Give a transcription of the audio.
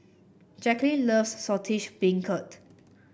Jacquline loves Saltish Beancurd